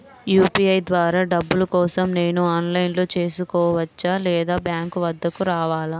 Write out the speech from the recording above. UPI ద్వారా డబ్బులు కోసం నేను ఆన్లైన్లో చేసుకోవచ్చా? లేదా బ్యాంక్ వద్దకు రావాలా?